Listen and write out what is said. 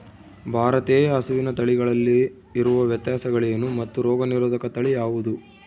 ಭಾರತೇಯ ಹಸುವಿನ ತಳಿಗಳಲ್ಲಿ ಇರುವ ವ್ಯತ್ಯಾಸಗಳೇನು ಮತ್ತು ರೋಗನಿರೋಧಕ ತಳಿ ಯಾವುದು?